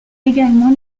également